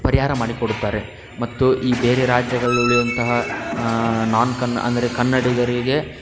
ಪರಿಹಾರ ಮಾಡಿಕೊಡುತ್ತಾರೆ ಮತ್ತು ಈ ಬೇರೆ ರಾಜ್ಯಗಳಲ್ಲಿ ಉಳಿಯುವಂತಹ ನೋನ್ ಕನ್ ಅಂದರೆ ಕನ್ನಡಿಗರಿಗೆ